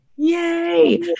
Yay